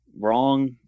wrong